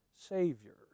Savior